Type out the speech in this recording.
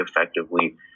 effectively